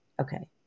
Okay